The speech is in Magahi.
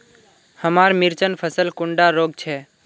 हमार मिर्चन फसल कुंडा रोग छै?